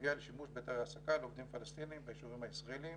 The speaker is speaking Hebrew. בנוגע לשימוש בהיתרי העסקה לעובדים פלסטינים ביישובים הישראליים